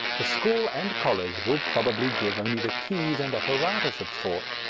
the school and college will probably give only the keys and apparatus of thought,